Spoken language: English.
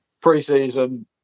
pre-season